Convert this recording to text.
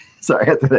Sorry